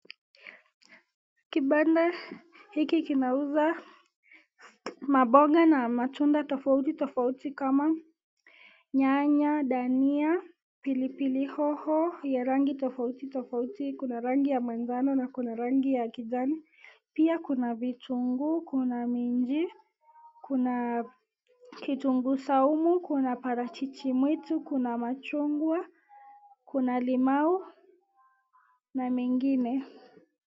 Kibanda hiki kinauza mamboga na matunda tofauti tofauti kama nyanya, dania, pilipili hoho ya rangi tofauti tofauti, kuna rangi ya manjano na kuna rangi ya kijani pia kuna vitunguu kuna minjii , kuna kitunguu saumu na parachichi mwitu kuna machungwa, kuna limau na mengine.